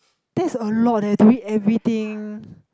that's a lot eh to read everything